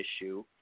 issue